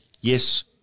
yes